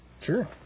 Sure